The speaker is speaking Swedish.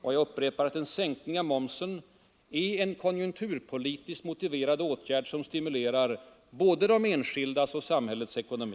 Och jag upprepar att en sänkning av momsen är en konjunkturpolitiskt motiverad åtgärd som stimulerar både de enskildas och samhällets ekonomi.